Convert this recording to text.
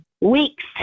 weeks